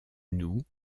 nous